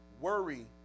Worry